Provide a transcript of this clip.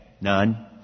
None